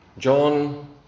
John